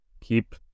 Keep